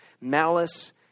Malice